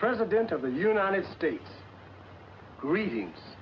president of the united states greeting